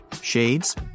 Shades